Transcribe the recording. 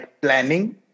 planning